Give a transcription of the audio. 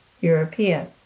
European